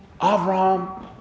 Avram